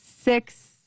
six